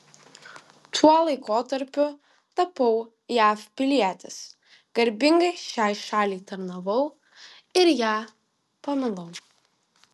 tuo laikotarpiu tapau jav pilietis garbingai šiai šaliai tarnavau ir ją pamilau